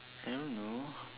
I don't know